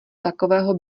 takového